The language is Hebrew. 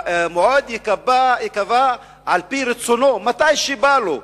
המועד ייקבע על-פי רצונו, מתי שבא לו.